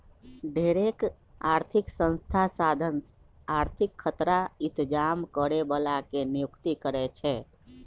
ढेरेक आर्थिक संस्था साधन आर्थिक खतरा इतजाम करे बला के नियुक्ति करै छै